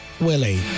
Willie